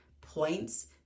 points